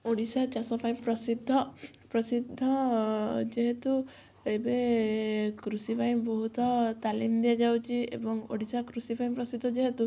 ଓଡ଼ିଶା ଚାଷ ପାଇଁ ପ୍ରସିଦ୍ଧ ପ୍ରସିଦ୍ଧ ଯେହେତୁ ଏବେ କୃଷି ପାଇଁ ବହୁତ ତାଲିମ୍ ଦିଆଯାଉଛି ଏବଂ ଓଡ଼ିଶା କୃଷି ପାଇଁ ପ୍ରସିଦ୍ଧ ଯେହେତୁ